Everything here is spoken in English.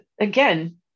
again